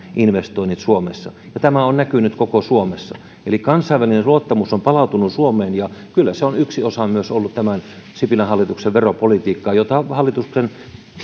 investoinnit suomessa ja tämä on näkynyt koko suomessa eli kansainvälinen luottamus suomeen on palautunut ja kyllä se on ollut yksi osa myös tämän sipilän hallituksen veropolitiikkaa jota hallituksen